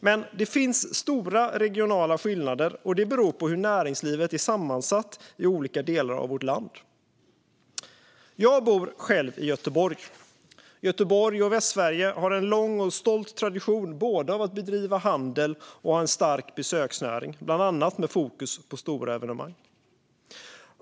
Men det finns stora regionala skillnader, och det beror på hur näringslivet är sammansatt i olika delar av vårt land. Jag bor själv i Göteborg. Göteborg och Västsverige har en lång och stolt tradition av att både bedriva handel och ha en stark besöksnäring, bland annat med fokus på stora evenemang.